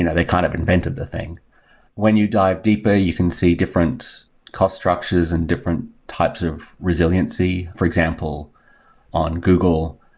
you know they kind of invented the thing when you dive deeper, you can see different cost structures and different types of resiliency. for example on google,